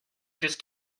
just